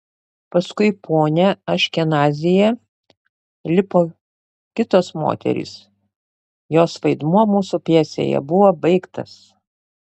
paskui ponią aškenazyje lipo kitos moterys jos vaidmuo mūsų pjesėje buvo baigtas